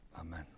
Amen